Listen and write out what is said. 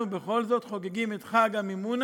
אנחנו בכל זאת חוגגים את חג המימונה,